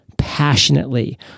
passionately